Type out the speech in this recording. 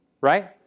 right